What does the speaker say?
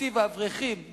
תקציב האברכים,